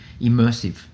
immersive